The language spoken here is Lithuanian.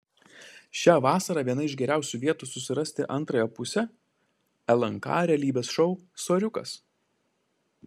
šią vasarą viena iš geriausių vietų susirasti antrąją pusę lnk realybės šou soriukas